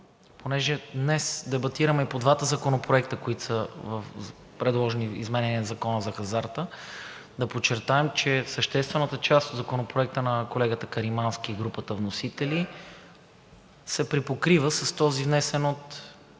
Понеже днес дебатираме и по двата законопроекта, които са предложени за изменение в Закона за хазарта, да подчертаем, че съществената част от Законопроекта на колегата Каримански и групата вносители, се припокрива с този, внесен от